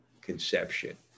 conception